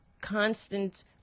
constant